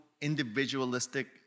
individualistic